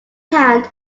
hand